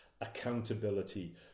accountability